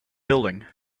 building